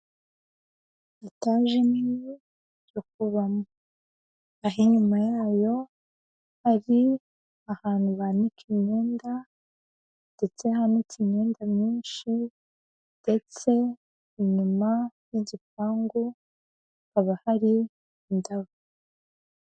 Etage nini yo kubamo, aho inyuma yayo hari ahantu banika imyenda, ndetse hanitse imyenda myinshi, ndetse inyuma y'igipangu haba hari indabo.